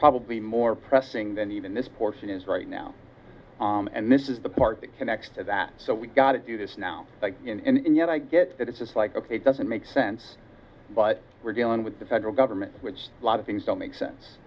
probably more pressing than even this portion is right now and this is the part that connects to that so we've got to do this now in yet i get that it's just like ok it doesn't make sense but we're dealing with the federal government which a lot of things don't make sense